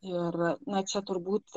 ir na čia turbūt